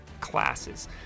classes